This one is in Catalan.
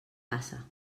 passa